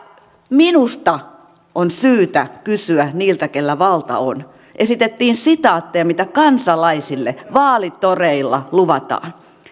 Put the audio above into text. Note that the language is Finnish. minusta on syytä kysyä niiltä joilla valta on esitettiin sitaatteja siitä mitä kansalaisille vaalitoreilla luvataan esimerkiksi